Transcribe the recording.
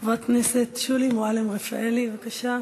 חברת הכנסת שולי מועלם-רפאלי, בבקשה,